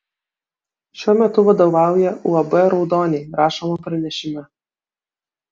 šiuo metu vadovauja uab raudoniai rašoma pranešime